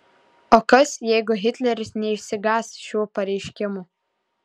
o kas jeigu hitleris neišsigąs šių pareiškimų